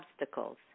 obstacles